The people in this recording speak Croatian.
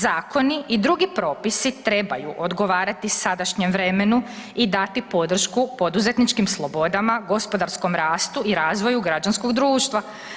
Zakoni i drugi propisi trebaju odgovarati sadašnjem vremenu i dati podršku poduzetničkim slobodama, gospodarskom rastu i razvoju građanskog društva.